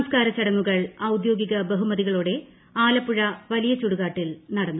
സംസ്കാരച്ചടങ്ങുകൾ ഔദ്യോഗിക ബഹുമതികളോടെ ആലപ്പുഴ വലിയ ചുടുകാട്ടിൽ നടന്നു